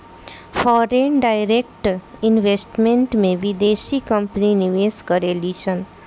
foreign direct investment में बिदेसी company निवेश करेलिसन